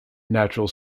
natural